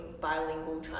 bilingual